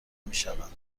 میشوند